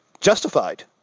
justified